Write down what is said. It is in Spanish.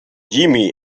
jimmy